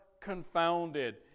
confounded